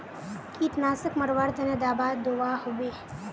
कीटनाशक मरवार तने दाबा दुआहोबे?